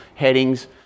headings